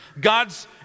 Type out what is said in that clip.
God's